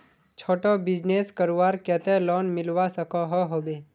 छोटो बिजनेस करवार केते लोन मिलवा सकोहो होबे?